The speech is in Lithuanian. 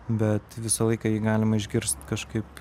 bet visą laiką jį galima išgirst kažkaip